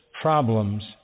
problems